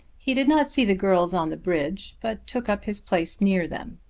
he did not see the girls on the bridge, but took up his place near them.